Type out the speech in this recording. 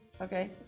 Okay